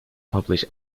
publish